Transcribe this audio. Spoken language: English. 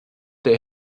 they